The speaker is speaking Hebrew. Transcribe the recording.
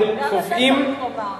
אתם קובעים,